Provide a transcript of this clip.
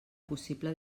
possible